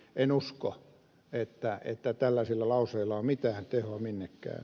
en usko että tällaisilla lauseilla on mitään tehoa minnekään